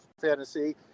fantasy